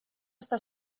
està